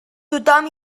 tothom